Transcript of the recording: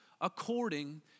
according